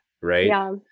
right